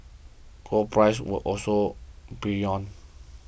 gold prices were also buoyant